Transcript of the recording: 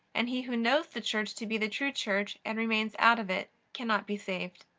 and he who knows the church to be the true church and remains out of it cannot be saved.